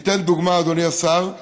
אני אתן דוגמה, אדוני השר.